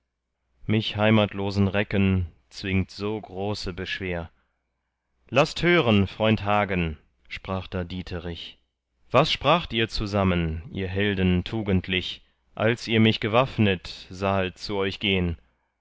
mich heimatlosen recken zwingt so große beschwer laßt hören freund hagen sprach da dieterich was spracht ihr zusammen ihr helden tugendlich als ihr mich gewaffnet sahet zu euch gehn